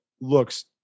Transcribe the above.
Looks